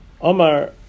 Omar